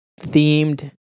themed